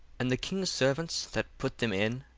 and the king's servants, that put them in,